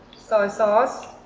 soy sauce,